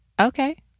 okay